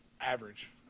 Average